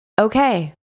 Okay